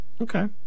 Okay